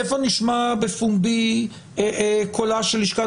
איפה נשמע בפומבי קולה של לשכה?